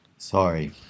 Sorry